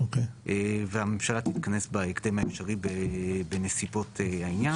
והממשלה תתכנס בהקדם האפשרי בנסיבות העניין.